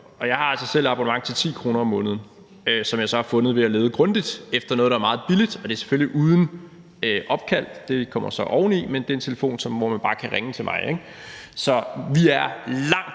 og jeg har altså selv et abonnement til 10 kr. om måneden, som jeg så har fundet ved at lede grundigt efter noget, der er meget billigt, og det er selvfølgelig uden opkald; det kommer så oveni, men det er et abonnement, hvor man bare kan ringe til mig. Så vi er langt